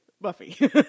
Buffy